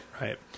Right